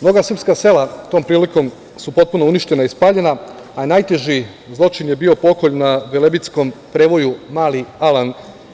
Mnoga srpska sela su tom prilikom potpuno uništena i spaljena, a najteži zločin je bio pokolj na velebitskom prevoju Mali Alan